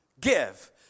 give